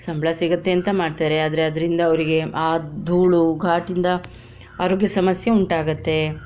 ಸಂಬಳ ಸಿಗತ್ತೆ ಅಂತ ಮಾಡ್ತಾರೆ ಆದರೆ ಅದರಿಂದ ಅವರಿಗೆ ಆ ಧೂಳು ಘಾಟಿಂದ ಆರೋಗ್ಯ ಸಮಸ್ಯೆ ಉಂಟಾಗುತ್ತೆ